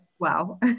Wow